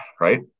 right